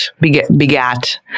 begat